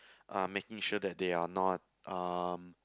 uh making sure that they are not um